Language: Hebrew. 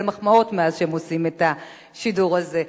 מחמאות מאז שהם עושים את השידור הזה.